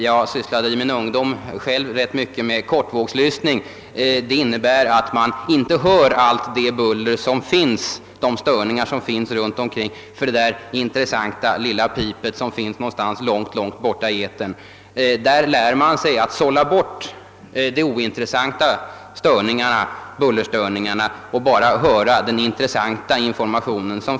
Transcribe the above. Jag sysslade i min tidiga ungdom ganska mycket med kortvågslyssning. Då hör man inte allt det buller, de störningar, som finns runt omkring, utan lyssnar bara till det intressanta lilla pipet som finns någonstans långt, långt borta i etern. Där lär man sig att sålla bort de ointressanta ljudstörningarna och bara lyssna till den intressanta informationen.